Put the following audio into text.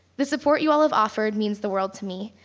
the support you all have offered means the world to me.